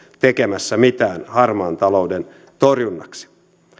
tekemässä mitään harmaan talouden torjumiseksi